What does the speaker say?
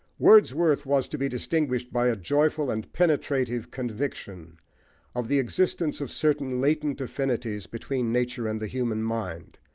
wordsworth was to be distinguished by a joyful and penetrative conviction of the existence of certain latent affinities between nature and the human mind,